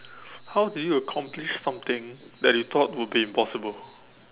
how do you accomplish something that you thought will be impossible